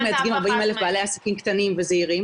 אנחנו מייצגים בעלי עסקים קטנים וזעירים